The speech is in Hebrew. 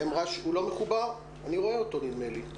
לא שומעים אותו